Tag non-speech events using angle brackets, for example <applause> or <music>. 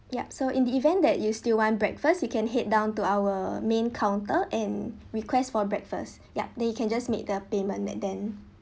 yup so in the event that you still want breakfast you can head down to our main counter and request for breakfast <breath> ya then you can just make the payment that then